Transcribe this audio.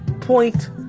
point